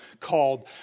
called